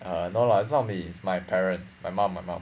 ah no lah it's not me my parents my mom my mom